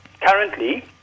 currently